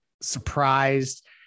surprised